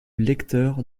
lecteur